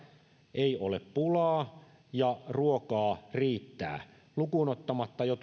ei ole pulaa ja ruokaa riittää lukuun ottamatta jo